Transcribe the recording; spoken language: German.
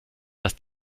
das